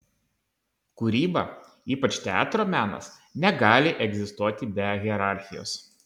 kūryba ypač teatro menas negali egzistuoti be hierarchijos